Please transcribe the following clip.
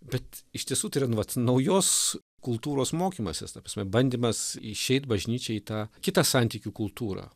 bet iš tiesų tai yra nu vat naujos kultūros mokymasis ta prasme bandymas išeit bažnyčiai į tą kitą santykių kultūrą